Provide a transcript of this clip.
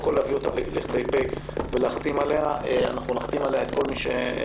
קודם כול להביא אותה כהצעת חוק עם מספר פ' ולהחתים עליה את כל מי שאפשר.